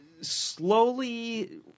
slowly